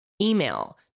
email